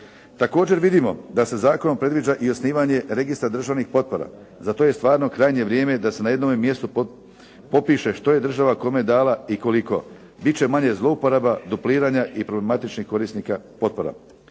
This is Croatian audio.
Također vidimo da se zakonom predviđa i osnivanje registra državnih potpora. Za to je stvarno krajnje vrijeme da se na jednome mjestu popiše što je država kome dala i koliko. Bit će manje zlouporaba, dupliranja i problematičnih korisnika potpora.